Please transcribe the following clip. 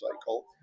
cycle